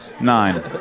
Nine